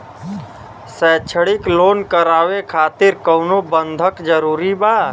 शैक्षणिक लोन करावे खातिर कउनो बंधक जरूरी बा?